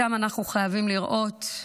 אותם אנחנו חייבים לראות,